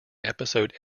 episode